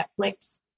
Netflix